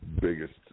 biggest